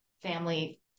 family